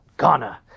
Ghana